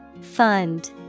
Fund